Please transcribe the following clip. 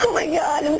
my god and